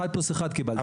אחד פלוס אחד קיבלת.